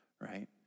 right